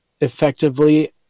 effectively